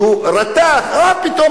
רתח: מה פתאום,